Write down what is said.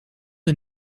een